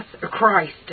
Christ